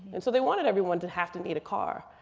and so they wanted everyone to have to need a car.